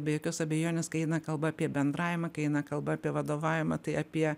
be jokios abejonės kai eina kalba apie bendravimą kai eina kalba apie vadovavimą tai apie